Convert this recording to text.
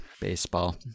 baseball